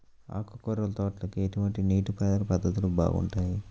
ఆకుకూరల తోటలకి ఎటువంటి నీటిపారుదల పద్ధతులు బాగుంటాయ్?